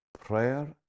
Prayer